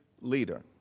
leader